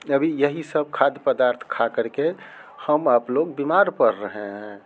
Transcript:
अभी यही सब खाद्य पदार्थ खा कर के हम आप लोग बीमार पर रहें हैं